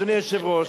אדוני היושב-ראש,